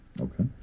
Okay